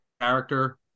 character